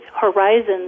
horizons